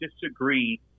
disagree